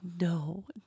no